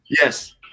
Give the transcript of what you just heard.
Yes